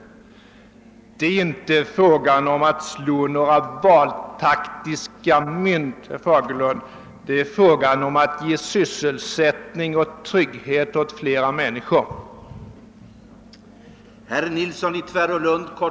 Det är inte fråga om att slå några valtaktiska mynt, herr Fagerlund. Det är fråga om att bereda sysselsättning och trygghet åt ett större antal människor.